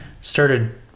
started